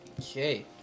Okay